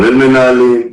כל המנהלים,